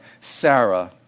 Sarah